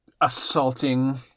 assaulting